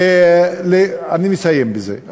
אני מסיים בזה,